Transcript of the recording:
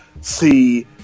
see